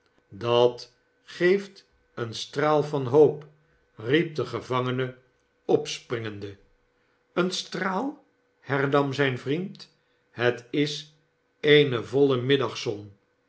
dat geeft een straal van hoop riep de gevangene opspringende een straal hernam zijn vriend shet is eene voile middagzon